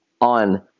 on